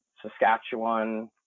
Saskatchewan